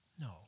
no